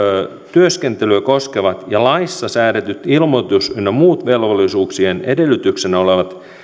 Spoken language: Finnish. työskentelyä koskevat ja laissa säädettyjen ilmoitus ynnä muiden velvollisuuksien edellytyksinä olevat